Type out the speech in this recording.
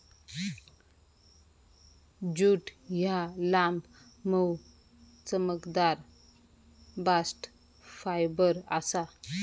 jute ह्या लांब, मऊ, चमकदार बास्ट फायबर आसा